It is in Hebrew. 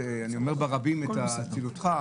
אני אומר ברבים את אצילותך.